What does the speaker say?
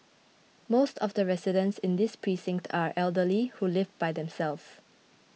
most of the residents in this precinct are elderly who live by themselves